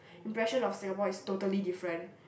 impression of Singapore is totally different